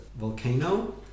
volcano